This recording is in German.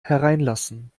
hereinlassen